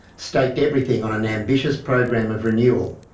staked everything on an ambitious program of renewal.